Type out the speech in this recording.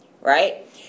right